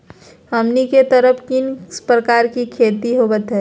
हमनी के तरफ किस किस प्रकार के खेती होवत है?